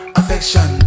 affection